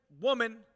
woman